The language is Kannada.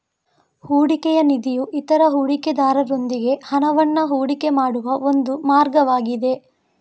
ಹೂಡಿಕೆಯ ನಿಧಿಯು ಇತರ ಹೂಡಿಕೆದಾರರೊಂದಿಗೆ ಹಣವನ್ನ ಹೂಡಿಕೆ ಮಾಡುವ ಒಂದು ಮಾರ್ಗವಾಗಿದೆ